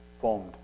formed